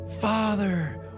Father